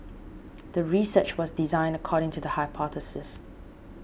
the research was designed according to the hypothesis